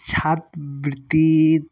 छात्रवृत्ति